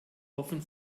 offen